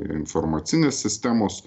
informacinės sistemos